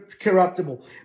corruptible